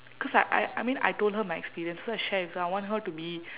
cause I I I mean I told her my experience so I share with her I want her to be